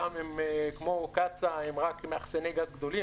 חלקם כמו קצ"א הם רק מאחסני גז גדולים,